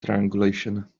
triangulation